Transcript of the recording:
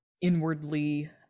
inwardly